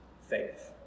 faith